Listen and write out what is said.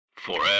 FOREVER